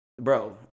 Bro